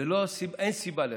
אין סיבה לרצח,